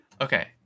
okay